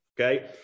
Okay